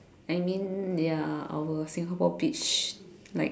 I mean ya our Singapore beach like